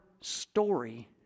story